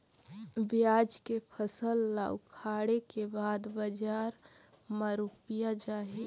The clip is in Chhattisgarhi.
पियाज के फसल ला उखाड़े के बाद बजार मा रुपिया जाही?